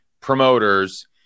promoters